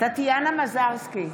טטיאנה מזרסקי,